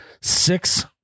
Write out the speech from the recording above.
six